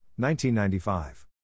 1995